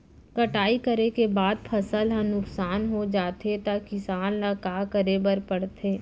कटाई करे के बाद फसल ह नुकसान हो जाथे त किसान ल का करे बर पढ़थे?